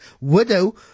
widow